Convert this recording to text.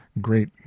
great